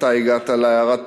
אתה הגעת לעיירת פיתוח,